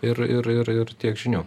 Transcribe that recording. ir ir ir ir tiek žinių